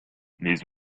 les